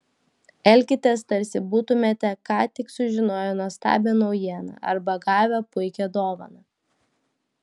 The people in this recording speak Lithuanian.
elkitės tarsi būtumėte ką tik sužinoję nuostabią naujieną arba gavę puikią dovaną